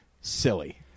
silly